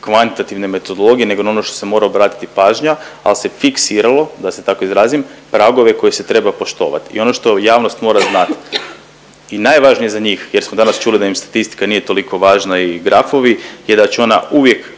kvantitativne metodologije nego na ono što se mora obratiti pažnja, ali se fiksiralo, da se tako izrazim, pragove koji se treba poštovati i ono što javnost mora znati i najvažnije za njih jer smo danas čuli da im statistika nije toliko važna i grafovi je da će ona uvijek,